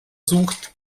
sucht